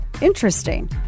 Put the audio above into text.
Interesting